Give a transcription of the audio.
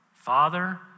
Father